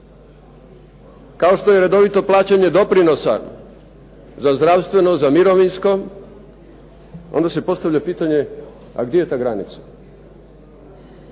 kao što je redovito plaćanje doprinosa, za zdravstveno, za mirovinsko, onda se postavlja pitanje, a gdje je ta granica?